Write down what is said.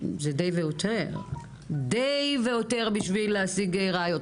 זה די והותר בשביל להשיג ראיות.